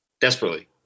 desperately